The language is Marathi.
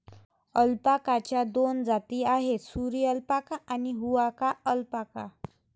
अल्पाकाच्या दोन जाती आहेत, सुरी अल्पाका आणि हुआकाया अल्पाका